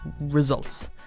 results